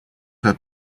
her